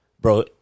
bro